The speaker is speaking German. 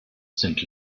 sind